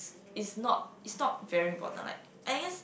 it's it's not it's not very important like I guess